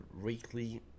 weekly